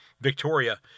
Victoria